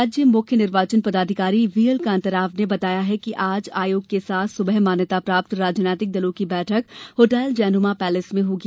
राज्य मुख्य निर्वाचन पदाधिकारी व्हीएलकांताराव ने बताया कि आज आयोग के साथ सुबह मान्यता प्राप्त राजनैतिक दलों की बैठक होटल जहांनुमा पैलेस में होगी